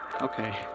Okay